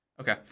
Okay